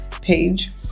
page